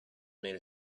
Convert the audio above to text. made